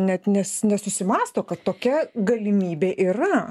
ne net nesusimąsto kad tokia galimybė yra